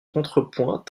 contrepoint